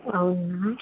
అవునా